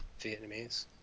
Vietnamese